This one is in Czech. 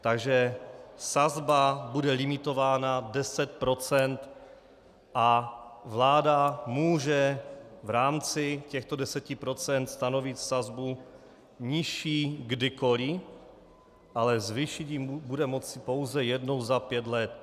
Takže sazba bude limitována 10 % a vláda může v rámci těchto 10 % stanovit sazbu nižší kdykoli, ale zvýšit ji bude moci pouze jednou za pět let.